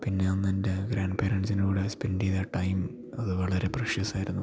പിന്നെ അന്നെൻ്റെ ഗ്രാൻ്റ് പേരൻസിൻ്റെ കൂടെ സ്പെൻ്റ് ചെയ്ത ടൈം അത് വളരെ പ്രഷ്യസായിരുന്നു